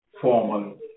formal